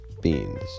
beans